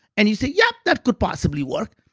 and you say yeah, that could possibly work.